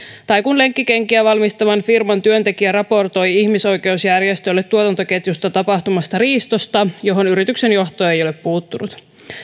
tai kun lenkkikenkiä valmistavan firman työntekijä raportoi ihmisoikeusjärjestöille tuotantoketjussa tapahtuneesta riistosta johon yrityksen johto ei ole puuttunut